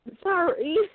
Sorry